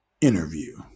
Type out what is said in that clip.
Interview